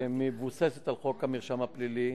שמבוססת על חוק המרשם הפלילי,